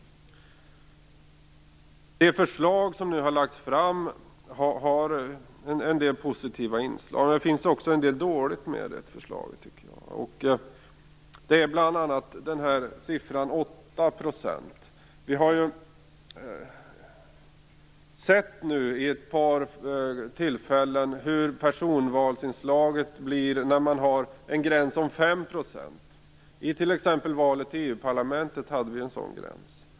Det förslag som nu har lagts fram har en del positiva inslag. Men det innehåller också en del dåliga saker, tycker jag. Det gäller bl.a. siffran 8 %. Vi har ju vid ett par tillfällen sett hur personvalsinslaget blir, när gränsen går vid 5 %. I t.ex. valet till EU parlamentet hade vi en sådan gräns.